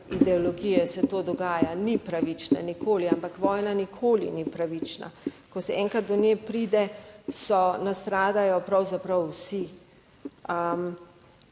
ideologije se to dogaja. Ni pravična nikoli, ampak vojna nikoli ni pravična. Ko enkrat do nje pride nastradajo